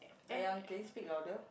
~ayang can you speak louder